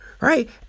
right